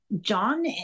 John